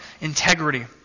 Integrity